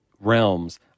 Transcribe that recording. realms